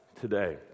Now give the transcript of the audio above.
today